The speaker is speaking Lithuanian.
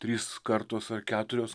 trys kartos ar keturios